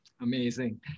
Amazing